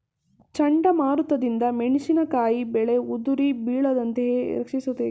ಚಂಡಮಾರುತ ದಿಂದ ಮೆಣಸಿನಕಾಯಿ ಬೆಳೆ ಉದುರಿ ಬೀಳದಂತೆ ರಕ್ಷಿಸುವುದು ಹೇಗೆ?